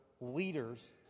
leaders